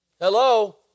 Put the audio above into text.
Hello